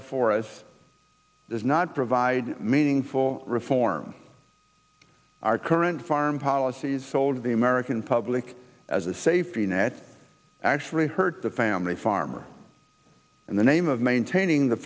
before us does not provide meaningful reform our current farm policies sold the american public as a safety net actually hurt the family farmer in the name of maintaining the